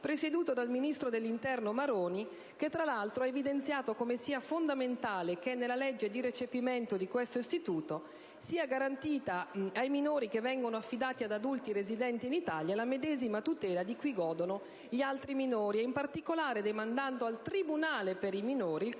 presieduto dal ministro dell'interno Maroni che, tra l'altro, ha evidenziato come sia fondamentale che nella legge di recepimento di questo istituto sia garantita ai minori che vengono affidati ad adulti residenti in Italia la medesima tutela di cui godono gli altri minori, in particolare demandando al tribunale per i minori il